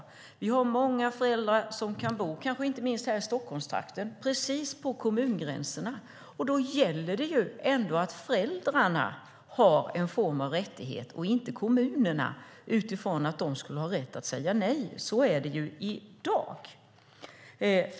Vi har många föräldrar, inte minst här i Stockholmstrakten, som bor precis på kommungränserna. Då är det föräldrarna som ska ha en rättighet - det är inte kommunerna som ska ha rätten att säga nej, som det är i dag.